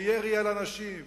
ירי על אנשים,